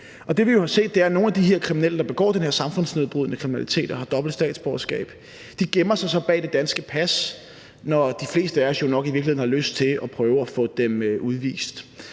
nogle af de kriminelle, der begår den her samfundsnedbrydende kriminalitet og har dobbelt statsborgerskab, gemmer sig bag det danske pas – når de fleste af os jo nok i virkeligheden har lyst til at prøve at få dem udvist.